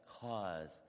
cause